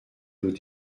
nos